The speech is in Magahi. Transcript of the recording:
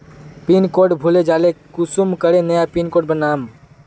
पिन कोड भूले जाले कुंसम करे नया पिन कोड बनाम?